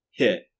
hit